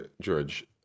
George